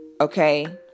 Okay